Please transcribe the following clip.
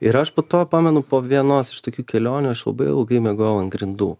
ir aš po to pamenu po vienos iš tokių kelionių aš labai ilgai miegojau ant grindų